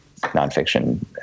nonfiction